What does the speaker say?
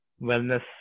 wellness